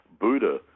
Buddha